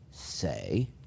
say